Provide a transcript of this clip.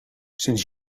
sinds